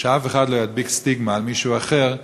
ושאף אחד לא ידביק סטיגמה על מישהו אחר,